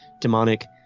demonic